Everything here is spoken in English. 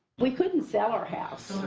we couldn't sell our house.